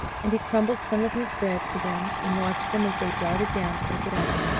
and he crumbled some of his bread for them and watched them as they darted down to pick it up.